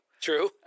True